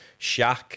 Shaq